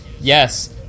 yes